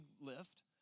lift